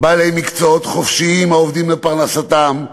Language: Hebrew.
בעלי מקצועות חופשיים העובדים לפרנסתם,